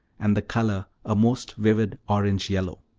and the color a most vivid orange yellow